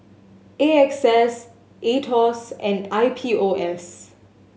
A X S Aetos and I P O S